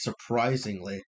surprisingly